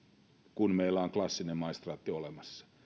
kun meillä on klassinen maistraatti olemassa